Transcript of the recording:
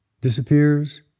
disappears